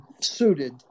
suited